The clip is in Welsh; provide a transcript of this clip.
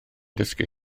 dysgu